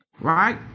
Right